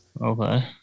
okay